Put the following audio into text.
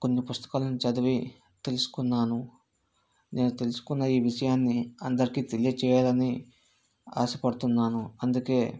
కొన్ని పుస్తకాలను చదివి తెలుసుకున్నాను నేను తెలుసుకున్న ఈ విషయాన్ని అందరికీ తెలియచేయాలని ఆశపడుతున్నాను అందుకే